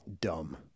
Dumb